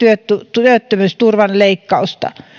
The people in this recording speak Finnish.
työttömyysturvan leikkausta